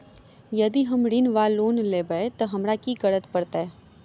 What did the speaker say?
यदि हम ऋण वा लोन लेबै तऽ हमरा की करऽ पड़त?